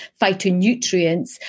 phytonutrients